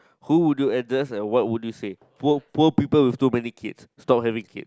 who would you address and what would you say poor poor people with too many kids stop having kids